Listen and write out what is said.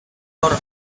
are